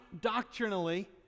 doctrinally